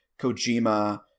Kojima